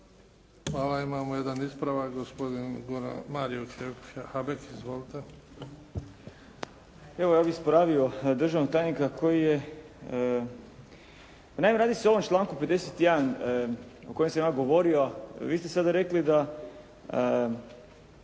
Hvala. Imamo jedan ispravak, gospodin Mario Habek. Izvolite. **Habek, Mario (SDP)** Evo, ja bih ispravio državnog tajnika koji je… Naime, radi se o ovom članku 51. o kojem sam ja govorio. Vi ste sada rekli da